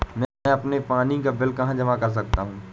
मैं अपने पानी का बिल कहाँ जमा कर सकता हूँ?